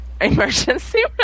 Emergency